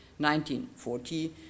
1940